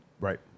Right